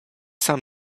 sam